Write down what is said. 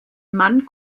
mann